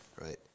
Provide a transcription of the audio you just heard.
right